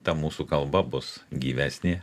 ta mūsų kalba bus gyvesnė